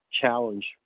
challenge